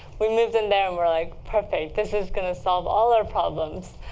we moved in there, and we're like perfect. this is going to solve all our problems.